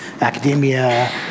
academia